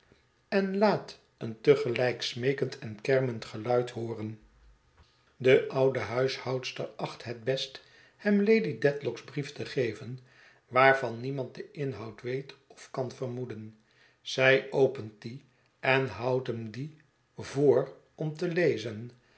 en laat een te gelijk smeekend en kermend geluid hooren de oude huishoudster acht het best hem lady dedlock's brief te geven waarvan niemand den inhoud weet of kan vermoeden zij opent dien en houdt hem dien voor om te lezen